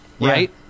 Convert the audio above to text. right